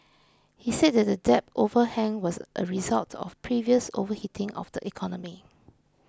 he said that the debt overhang was a result of previous overheating of the economy